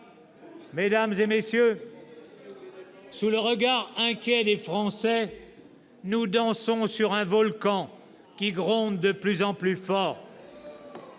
Mesdames, messieurs, sous le regard inquiet des Français, nous dansons sur un volcan qui gronde de plus en plus fort.